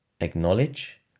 acknowledge